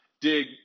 dig